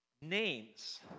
names